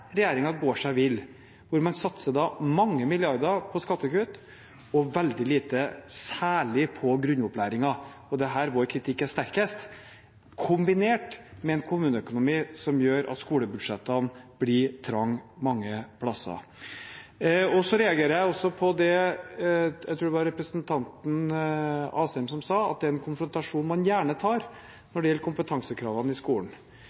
går seg vill. Man satser mange milliarder på skattekutt og veldig lite særlig på grunnopplæringen, og det er her vår kritikk er sterkest, kombinert med en kommuneøkonomi som gjør at skolebudsjettene blir trange mange steder. Så reagerer jeg også på representanten Asheim, tror jeg det var, som sa at det er en konfrontasjon man gjerne tar når det gjelder kompetansekravene i skolen.